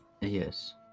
Yes